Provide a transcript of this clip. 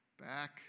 back